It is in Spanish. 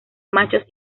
machos